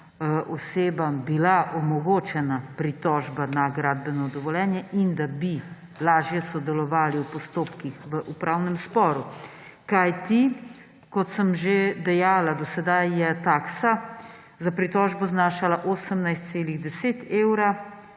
osebam bila omogočena pritožba na gradbeno dovoljenje in da bi lažje sodelovali v postopkih v upravnem sporu. Kajti, kot sem že dejala, do sedaj je taksa za pritožbo znašala 18,10 evra,